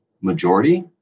majority